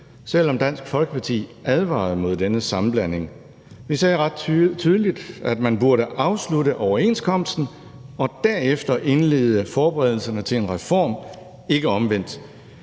selv om Dansk Folkeparti advarede mod denne sammenblanding. Vi sagde ret tydeligt, at man burde afslutte overenskomsten og derefter indlede forberedelserne til en reform – ikke omvendt.